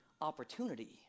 opportunity